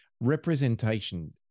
representation